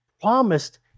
promised